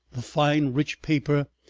the fine rich paper,